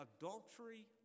adultery